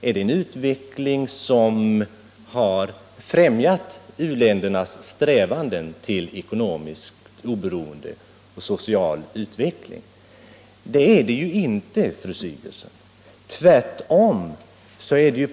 Är det en utveckling som har främjat u-ländernas strävanden till ekonomiskt oberoende och socialt framåtskridande? Så är inte fallet, fru Sigurdsen.